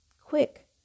Quick